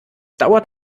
dauert